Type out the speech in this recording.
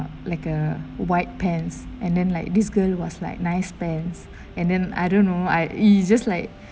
like a white pants and then like this girl was like nice pants and then I don't know I it just like